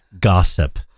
gossip